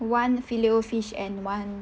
one filet-o-fish and one